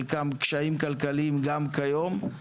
חלקם קשיים כלכליים גם כיום.